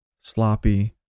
Sloppy